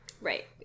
Right